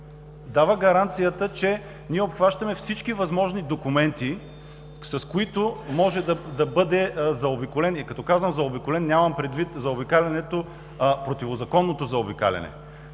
дава гаранция, че обхващаме всички възможни документи, с които може да бъде заобиколен – като казвам заобиколен, нямам предвид заобикалянето, а противозаконното заобикаляне,